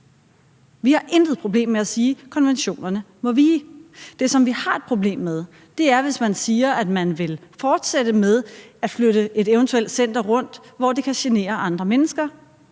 Vi har intet problem med at sige, at konventionerne må vige. Det, som vi har et problem med, er, hvis man siger, at man vil fortsætte med at flytte et eventuelt center rundt, hvor det kan genere andre mennesker.